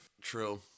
True